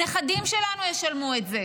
הנכדים שלנו ישלמו את זה.